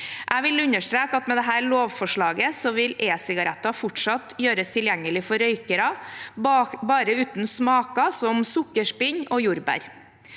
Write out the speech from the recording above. Jeg vil understreke at med dette lovforslaget vil e-sigaretter fortsatt gjøres tilgjengelig for røykere, bare uten smaker som sukkerspinn og jordbær.